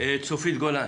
צופית גולן.